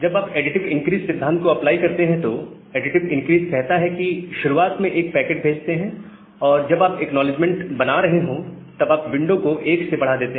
जब आप additive increase सिद्धांत को अप्लाई करते हैं तो एडिटिव इंक्रीज कहता है कि शुरुआत में एक पैकेट भेजते हैं और जब आप एक्नॉलेजमेंट बना रहे हो तब आप विंडो को 1 से बढ़ा देते हैं